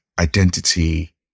identity